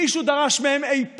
מישהו דרש מהם אי פעם,